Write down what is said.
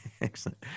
Excellent